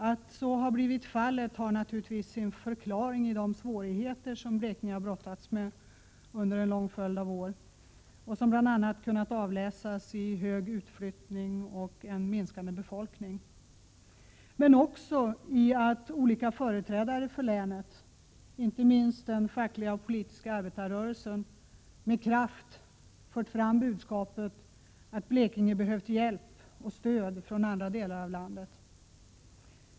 Att så blivit fallet har naturligtvis sin förklaring i de svårigheter som Blekinge har brottats med under en lång följd av år och som bl.a. har kunnat avläsas i form av en omfattande utflyttning och en minskande befolkning. Men olika företrädare för länet — det gäller inte minst den fackliga och politiska arbetarrörelsen — har också med kraft fört fram budskapet att Blekinge behövt hjälp och stöd från andra delar av landet.